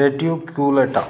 reticulata